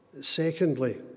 Secondly